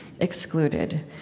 excluded